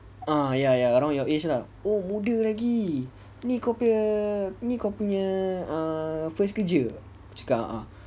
ah ya ya around your age ah oh muda lagi ni kau punya ni kau punya ah first kerja aku cakap a'ah